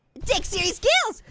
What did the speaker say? takes serious skills.